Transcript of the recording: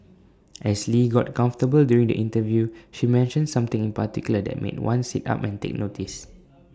as lee got comfortable during the interview she mentioned something in particular that made one sit up and take notice